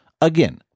Again